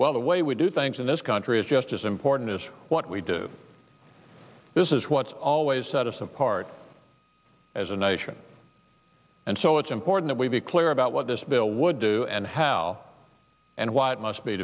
well the way we do things in this country is just as important as what we do this is what's always set us apart as a nation and so it's important we be clear about what this bill would do and how and why it must be